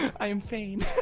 i'm fayne.